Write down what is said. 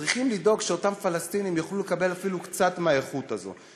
צריכים לדאוג שאותם פלסטינים יוכלו לקבל אפילו קצת מהאיכות הזאת,